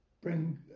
bring